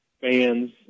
fans